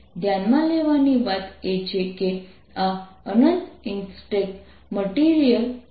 ધ્યાનમાં લેવાની વાત એ છે કે આ અનંત ઇક્સ્ટેન્ટ મટીરીયલ છે